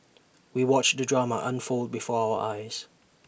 we watched the drama unfold before our eyes